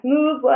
Move